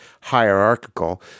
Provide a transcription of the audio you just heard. hierarchical